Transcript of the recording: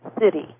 City